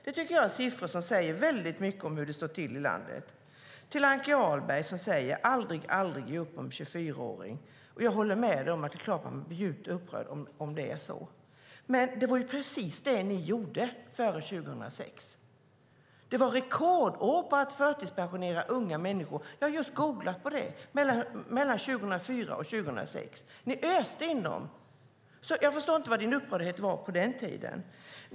Det tycker jag är siffror som säger mycket om hur det står till i landet. Till Ann-Christin Ahlberg, som säger att man aldrig ska ge upp om 24-åringen, vill jag säga följande: Jag håller med - självklart blir man djupt upprörd om det är så. Men det var precis det ni gjorde före 2006. Mellan 2004 och 2006 var det rekordår när det gäller att förtidspensionera unga människor. Jag har just googlat på det. Ni öste in dem i förtidspension, så jag förstår inte var din upprördhet var på den tiden.